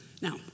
Now